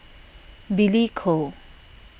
Billy Koh